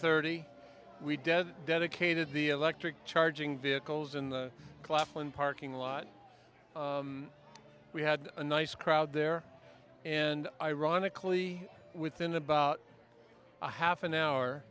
thirty we dead dedicated the electric charging vehicles in the claflin parking lot we had a nice crowd there and ironically within about a half an hour